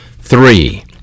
Three